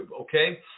okay